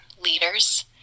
leaders